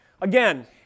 Again